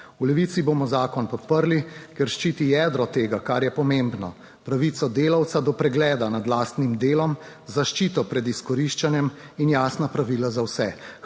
V Levici bomo zakon podprli, ker ščiti jedro tega, kar je pomembno: pravico delavca do pregleda nad lastnim delom, zaščito pred izkoriščanjem in jasna pravila za vse.